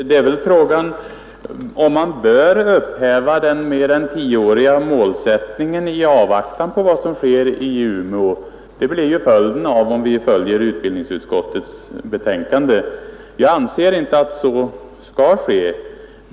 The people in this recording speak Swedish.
Herr talman! Frågan är väl om man bör upphäva den mer än tioåriga målsättningen i avvaktan på vad som sker i Umeå. Det blir följden om vi följer utbildningsutskottets hemställan. Jag anser inte att så skall ske.